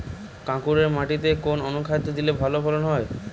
কাঁকুরে মাটিতে কোন অনুখাদ্য দিলে ভালো ফলন হবে?